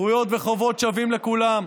זכויות וחובות שוות לכולם,